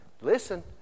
Listen